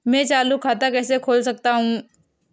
मैं चालू खाता कैसे खोल सकता हूँ?